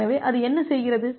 எனவே அது என்ன செய்கிறது